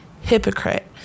Hypocrite